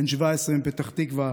בן 17 מפתח תקווה,